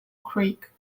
creek